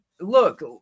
Look